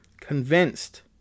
convinced